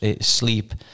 sleep